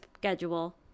schedule